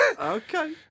Okay